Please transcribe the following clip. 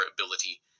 ability